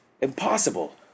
Impossible